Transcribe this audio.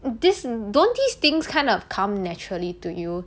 this don't these things kind of come naturally to you